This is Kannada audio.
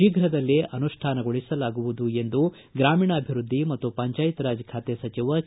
ಶೀಘದಲ್ಲೇ ಅನುಷ್ಠಾನಕ್ಕೆ ತರಲಾಗುವುದು ಎಂದು ಗ್ರಾಮೀಣಾಭಿವೃದ್ಧಿ ಮತ್ತು ಪಂಚಾಯತ್ ರಾಜ್ ಸಚಿವ ಕೆ